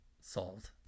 solved